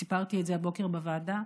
סיפרתי הבוקר בוועדה,